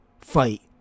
fight